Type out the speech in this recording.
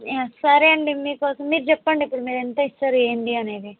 సరే అండి మీకోసం మీరు చెప్పండి ఇప్పుడు మీరు ఎంత ఇస్తారు ఏంటి అనేది